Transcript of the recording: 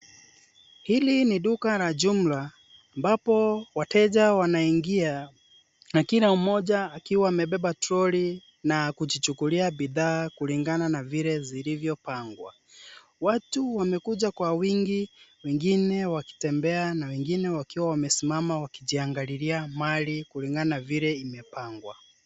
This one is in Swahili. Hili ni duka la jumla ambapo wateja wanaingia na kila mmoja akiwa amebeba troli na kujichukulia bidhaa kulingana na vile zilivyopangwa. Watu wamekuja kwa wingi wengine wakitembea na wengine wakiwa wamesimama wakijiangalilia mali kulingana na vile imepangwa.